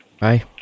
Bye